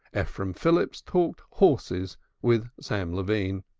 ephraim phillips talked horses with sam levine,